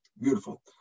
Beautiful